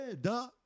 duh